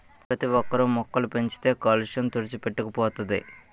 ప్రతోక్కరు మొక్కలు పెంచితే కాలుష్య తుడిచిపెట్టుకు పోతది